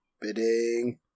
Bidding